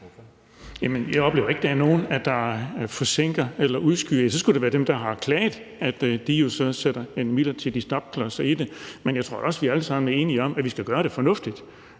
jeg oplever ikke, at der er nogen, der forsinker eller udskyder. Så skulle det være dem, der har klaget, som jo sætter en midlertidig stopklods i det. Men jeg tror da også, vi alle sammen er enige om, at vi skal gøre det fornuftigt.